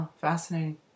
fascinating